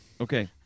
Okay